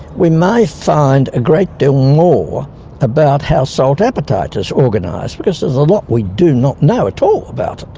we may find a great deal more about how salt appetite is organised because there's a lot we do not know at all about it.